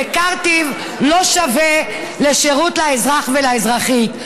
וקרטיב לא שווה לשירות לאזרח ולאזרחית.